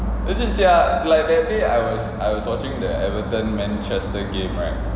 legit sia like that day I was I was watching the everton manchester game right